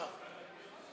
מצביעים, דקה.